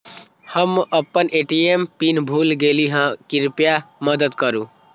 हम अपन ATM pin भूल गेली ह, कृपया मदत करू